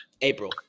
April